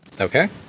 okay